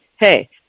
hey